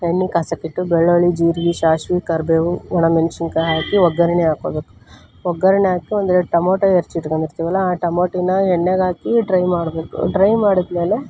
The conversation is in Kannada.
ಎಣ್ಣೆ ಕಾಯ್ಸಕಿಟ್ಟು ಬೆಳ್ಳುಳ್ಳಿ ಜೀರ್ಗೆ ಸಾಸ್ವಿ ಕರಿಬೇವು ಒಣಮೆಣ್ಸಿನ್ಕಾಯಿ ಹಾಕಿ ಒಗ್ಗರಣೆ ಹಾಕೊಬೇಕು ಒಗ್ಗರಣೆ ಹಾಕಿ ಒಂದೆರಡು ಟೊಮಟೊ ಹೆಚ್ಚಿಟ್ಕೊಂಡಿರ್ತೀವಲ್ಲ ಆ ಟೊಮಟಿನ ಎಣ್ಣೆಗಾಕಿ ಡ್ರೈ ಮಾಡಬೇಕು ಡ್ರೈ ಮಾಡಿದಮೇಲೆ